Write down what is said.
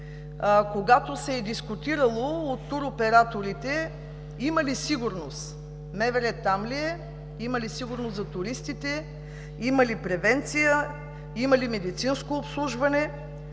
когато се е дискутирало от туроператорите има ли сигурност, МВР там ли е? Има ли сигурност за туристите? Има ли превенция? Има ли медицинско обслужване?